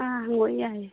ꯑꯥ ꯍꯪꯉꯣ ꯌꯥꯏꯌꯦ